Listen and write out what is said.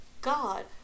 god